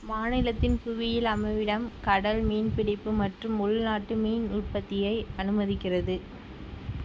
மாநிலத்தின் புவியியல் அமைவிடம் கடல் மீன்பிடிப்பு மற்றும் உள்நாட்டு மீன் உற்பத்தியை அனுமதிக்கிறது